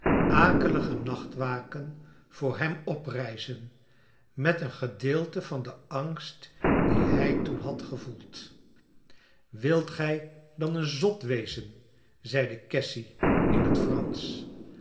akelige nachtwaken voor hem oprijzen met een gedeelte van den angst dien hij toen had gevoeld wilt gij dan een zot wezen zeide cassy in het fransch